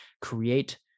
create